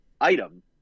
item